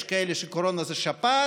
יש כאלה: קורונה זה שפעת,